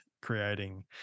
creating